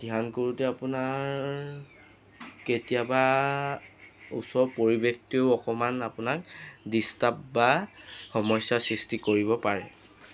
ধ্যান কৰোঁতে আপোনাৰ কেতিয়াবা ওচৰ পৰিৱেশটোৱেও অকণমান আপোনাক ডিষ্টাৰ্ব বা সমস্যাৰ সৃষ্টি কৰিব পাৰে